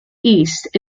east